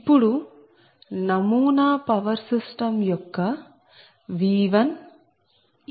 ఇప్పుడు నమూనా power system యొక్క |V1|V2V31